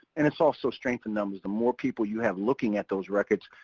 and it's also strength in numbers. the more people you have looking at those records,